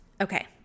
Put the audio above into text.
Okay